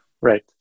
Right